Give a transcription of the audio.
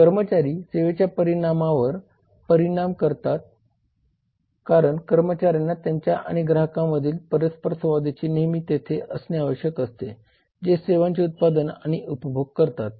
कर्मचारी सेवेच्या परिणामावर परिणाम करतात कारण कर्मचार्यांना त्यांच्या आणि ग्राहकांमधील परस्परसंवादासाठी नेहमी तेथे असणे आवश्यक असते जे सेवांचे उत्पादन आणि उपभोग करतात